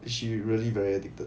she really very addicted